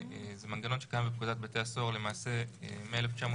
זה מנגנון שקיים בפקודת בתי הסוהר למעשה מ-1990,